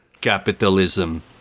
capitalism